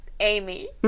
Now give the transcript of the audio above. Amy